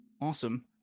awesome